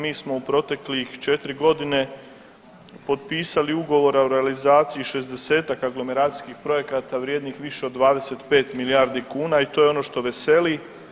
Mi smo u proteklih četiri godine potpisali ugovore o realizaciji šezdesetak aglomeracijskih projekata vrijednih više od 25 milijardi kuna i to je ono što veseli.